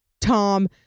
Tom